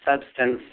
substance